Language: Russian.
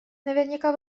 наверняка